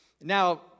now